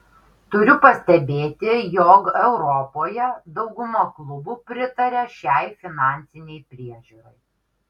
turiu pastebėti jog europoje dauguma klubų pritaria šiai finansinei priežiūrai